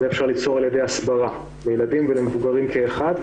את זה אפשר ליצור על-ידי הסברה לילדים ולמבוגרים כאחד,